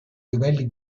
livelli